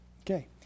Okay